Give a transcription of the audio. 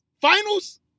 finals